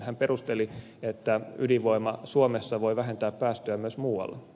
hän perusteli että ydinvoima suomessa voi vähentää päästöjä myös muualla